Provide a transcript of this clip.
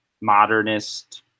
modernist